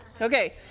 Okay